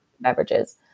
beverages